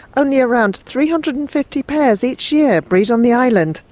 only around three hundred and fifty pairs each year breed on the island,